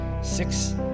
six